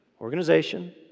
organization